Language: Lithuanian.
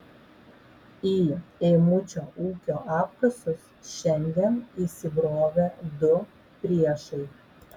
į eimučio ūkio apkasus šiandien įsibrovė du priešai